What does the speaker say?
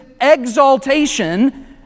exaltation